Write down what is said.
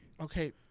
Okay